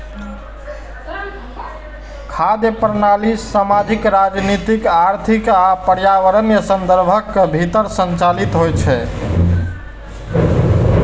खाद्य प्रणाली सामाजिक, राजनीतिक, आर्थिक आ पर्यावरणीय संदर्भक भीतर संचालित होइ छै